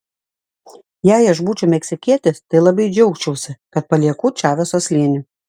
jei aš būčiau meksikietis tai labai džiaugčiausi kad palieku čaveso slėnį